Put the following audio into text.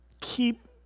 Keep